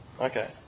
Okay